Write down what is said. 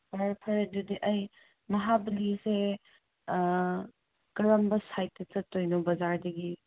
ꯐꯔꯦ ꯐꯔꯦ ꯑꯗꯨꯗꯤ ꯑꯩ ꯃꯍꯥꯕꯂꯤꯁꯦ ꯀꯔꯝꯕ ꯁꯥꯏꯠꯇ ꯆꯠꯇꯣꯏꯅꯣ ꯕꯖꯥꯔꯗꯒꯤ